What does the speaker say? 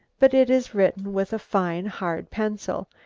but it is written with a fine hard pencil,